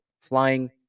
flying